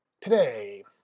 Today